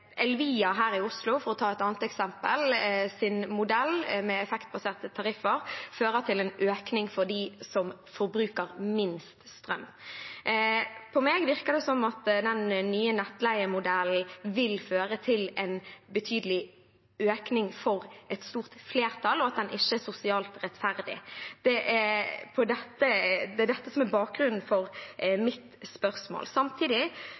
Elvia her i Oslo for effektbaserte tariffer, for å ta et annet eksempel, fører til en økning for dem som forbruker minst strøm. På meg virker det som om den nye nettleiemodellen vil føre til en betydelig økning for et stort flertall, og at den ikke er sosialt rettferdig. Det er dette som er bakgrunnen for mitt spørsmål. Samtidig